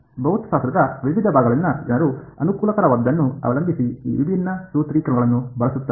ಭೌತಶಾಸ್ತ್ರದ ವಿವಿಧ ಭಾಗಗಳಲ್ಲಿನ ಜನರು ಅನುಕೂಲಕರವಾದದ್ದನ್ನು ಅವಲಂಬಿಸಿ ಈ ವಿಭಿನ್ನ ಸೂತ್ರೀಕರಣಗಳನ್ನು ಬಳಸುತ್ತಾರೆ